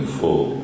full